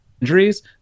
injuries